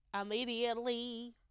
immediately